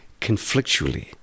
conflictually